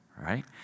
right